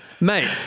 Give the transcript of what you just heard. Mate